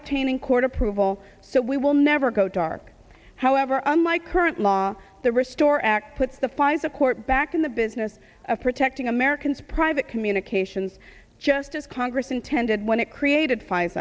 obtaining court approval so we will never go dark however on my current law the restore act put the fines a court back in the business of protecting americans private communications just as congress intended when it created five